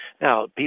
Now